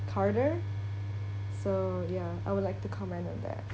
carter so ya I would like to comment on that